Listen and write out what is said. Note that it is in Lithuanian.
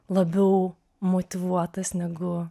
labiau motyvuotas negu